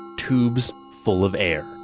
tubes full of air.